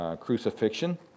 crucifixion